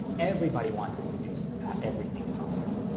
everybody wants us to do everything possible.